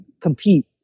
compete